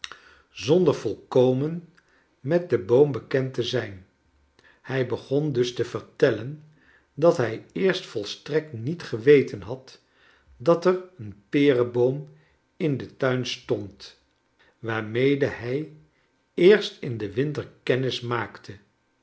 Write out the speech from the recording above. zonder volkomen met den boom bekend te zijn hij begon dus te vertellen dat hij eerst volstrekt niet geweten had dat er een pereboom in den tuin stond waarmede hij eerst in den winter kennis maakte